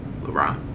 LeBron